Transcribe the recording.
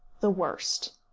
the worst.